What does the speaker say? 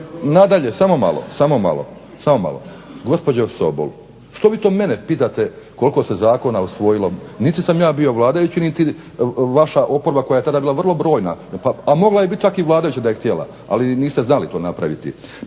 nikad ni bio. Nadalje, samo malo. Gospođo Sobol, što vi to mene pitate koliko se zakona usvojilo. Niti sam ja bio vladajući, niti vaša oporba koja je tada bila vrlo brojna, a mogla je biti čak i vladajuća da je htjela, ali vi niste to znali napraviti.